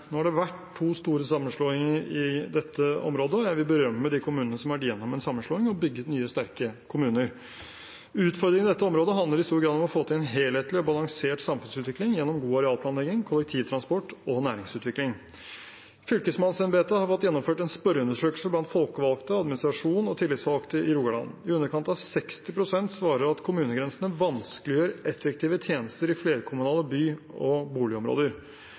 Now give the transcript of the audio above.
Nå har det vært to store sammenslåinger i dette området, og jeg vil berømme de kommunene som har vært gjennom en sammenslåing og bygget nye, sterke kommuner. Utfordringen i dette området handler i stor grad om å få til en helhetlig og balansert samfunnsutvikling gjennom god arealplanlegging, kollektivtransport og næringsutvikling. Fylkesmannsembetet har fått gjennomført en spørreundersøkelse blant folkevalgte, administrasjon og tillitsvalgte i Rogaland. I underkant av 60 pst. svarer at kommunegrensene vanskeliggjør effektive tjenester i flerkommunale by- og boligområder.